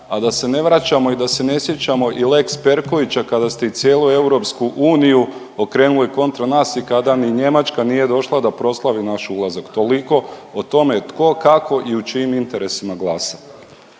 a da se ne vraćamo i da se ne sjećamo i lex Perkovića kada ste cijelu EU okrenuli kontra nas i kada ni Njemačka nije došla da proslavi naš ulazak. Toliko o tome tko, kako i u čijim interesima glasa.